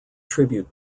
tribute